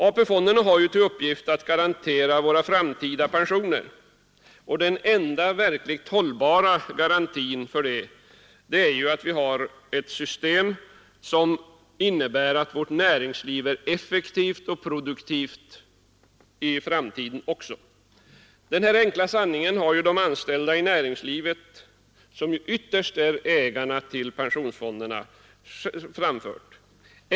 AP-fonderna har ju till uppgift att garantera våra framtida pensioner, och den enda verkligt hållbara garantin för det är ju att vi har ett system som innebär att vårt näringsliv är effektivt och produktivt också i framtiden. Denna enkla sanning har också framförts från de anställda i näringslivet som ju ytterst är ägare till pensionsfonderna.